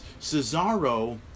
Cesaro